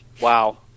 Wow